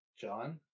john